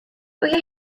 wyau